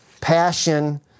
passion